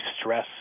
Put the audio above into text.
stress